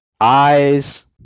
eyes